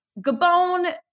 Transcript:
Gabon